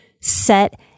set